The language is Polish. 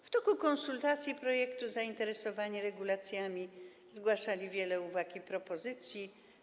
W toku konsultacji projektu zainteresowani regulacjami zgłaszali wiele uwag i propozycji.